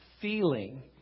feeling